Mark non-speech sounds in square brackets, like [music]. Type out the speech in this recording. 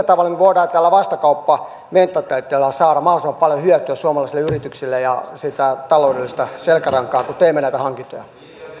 [unintelligible] tavalla me voimme tällä vastakauppamentaliteetilla saada mahdollisimman paljon hyötyä suomalaisille yrityksille ja sitä taloudellista selkärankaa kun teemme näitä hankintoja